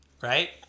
right